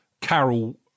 Carol